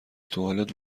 توالت